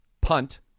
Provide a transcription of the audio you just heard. punt